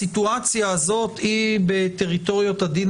הסיטואציה הזאת היא בטריטוריות הדין